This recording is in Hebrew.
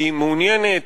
היא מעוניינת